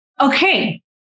Okay